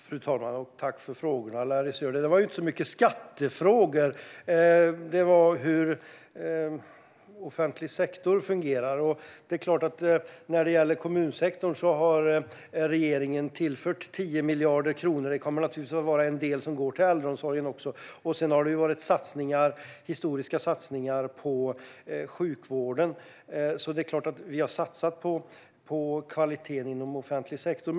Fru talman! Tack för frågorna, Larry Söder! Det var ju inte så mycket skattefrågor, utan de handlade mest om hur offentlig sektor fungerar. När det gäller kommunsektorn har regeringen tillfört 10 miljarder kronor. En del av detta kommer naturligtvis att gå till äldreomsorgen. Sedan har det varit historiska satsningar på sjukvården. Det är klart att vi har satsat på kvaliteten i offentlig sektor.